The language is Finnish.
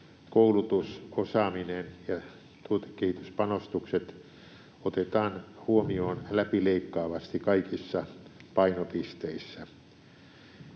koulutus, osaaminen ja tuotekehityspanostukset otetaan huomioon läpileikkaavasti kaikissa painopisteissä.